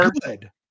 good